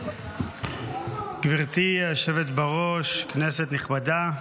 גברתי היושבת בראש, כנסת נכבדה,